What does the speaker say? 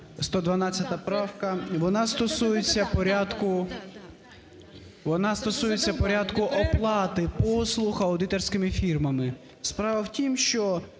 порядку, вона стосується порядку оплати послуг аудиторськими фірмами.